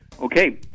Okay